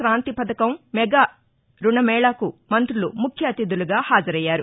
క్రాంతి పథకం మెగా రుణ మేళాకు మంతులు ముఖ్య అతిథులుగా హాజరయ్యారు